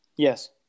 Yes